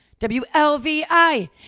WLVI